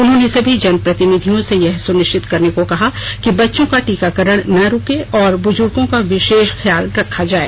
उन्होंने सभी जनप्रतिनिधियों से यह सुनिश्चित करने को कहा कि बच्चो का टीकाकरण न रूके और बुजुर्गों का विशष ख्याल रखा जाये